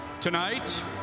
Tonight